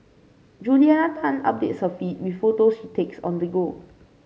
Juliana Tan updates her feed with photos she takes on the go